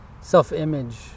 self-image